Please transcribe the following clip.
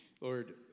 Lord